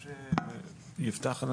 יפתח,